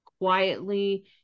quietly